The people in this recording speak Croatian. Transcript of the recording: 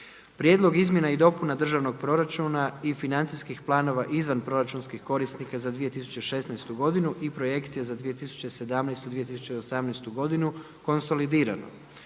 Prijedlog izmjena i dopuna Državnog proračuna i financijskih planova izvanproračunskih korisnika za 2016. godinu i projekcije za 2017., 2018. godinu konsolidirano.